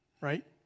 Right